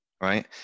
right